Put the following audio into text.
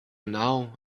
now